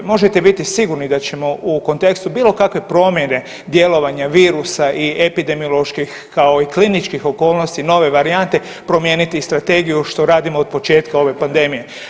Možete biti sigurni da ćemo u kontekstu bilo kakve promjene djelovanja virusa i epidemioloških kao i kliničkih okolnosti nove varijante promijeniti strategiju što radimo od početka ove pandemije.